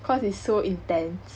cause it's so intense